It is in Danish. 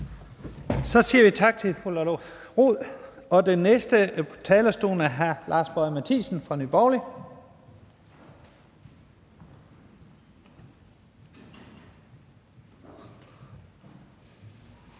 Så siger vi tak til fru Lotte Rod. Den næste på talerstolen er hr. Lars Boje Mathiesen fra Nye